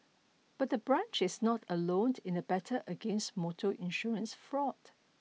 but the branch is not alone in the battle against motor insurance fraud